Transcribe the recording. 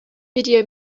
video